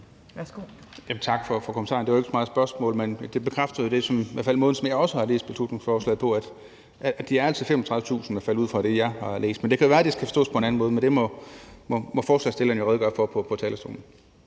for kommentaren. Det var ikke så meget et spørgsmål, men det er i hvert fald en bekræftelse af måden, som jeg også har læst beslutningsforslaget på, altså at det er 35.000 kr. – i hvert fald ud fra det, jeg har læst. Men det kan jo være, det skal forstås på en anden måde. Det må forslagsstillerne jo redegøre for på talerstolen.